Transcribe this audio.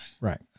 Right